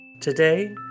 Today